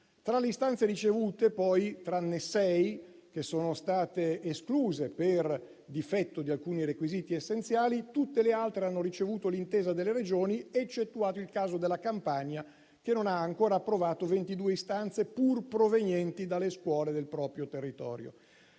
Tra le istanze ricevute poi (tranne sei, che sono state escluse per difetto di alcuni requisiti essenziali), tutte le altre hanno ricevuto l'intesa delle Regioni, eccettuato il caso della Campania, che non ha ancora approvato 22 istanze, pur provenienti dalle scuole del proprio territorio.